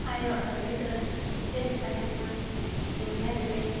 ᱟᱭᱳ ᱟᱨ ᱜᱤᱫᱽᱨᱟᱹ ᱵᱮᱥ ᱛᱟᱦᱮᱱ ᱢᱟ ᱠᱤᱱ ᱢᱮᱱᱛᱮ